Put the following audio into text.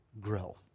grill